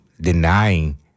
denying